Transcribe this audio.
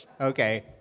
Okay